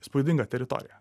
įspūdinga teritorija